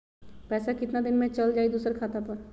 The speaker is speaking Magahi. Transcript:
पैसा कितना दिन में चल जाई दुसर खाता पर?